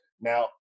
Now